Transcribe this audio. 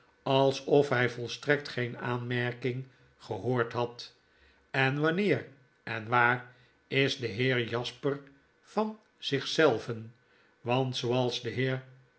alsof hy volstrekt geen aanmerking gehoord had en wanneer en waar is de heer jasper van zich zelven want zooals de